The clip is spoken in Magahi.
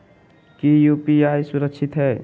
की यू.पी.आई सुरक्षित है?